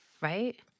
Right